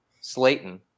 Slayton